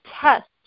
test